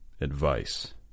advice